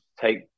take